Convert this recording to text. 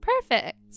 Perfect